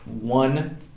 one